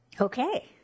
Okay